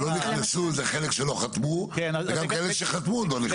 הלא נכנסו זה חלק שלא חתמו וגם כאלה שחתמו עוד לא נכנסו.